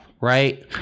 right